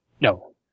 No